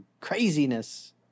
craziness